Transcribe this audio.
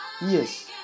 Yes